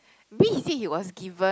maybe he said he was given